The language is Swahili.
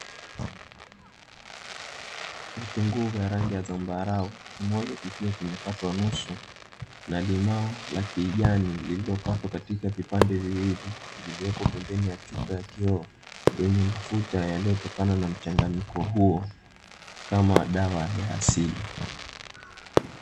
Vitunguu vya rangi ya zambarau kimoja kikiwa kimekatwa nusu na limao la kijani lililokatwa katika vipande viwili, viliopo pembeni ya chupa ya kioo yenye mafuta yaliyotokana na mchangyiko huo kama dawa ya asili.